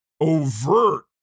overt